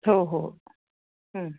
हो हो हं